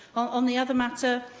on the other matter,